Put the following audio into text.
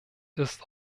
ist